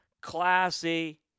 classy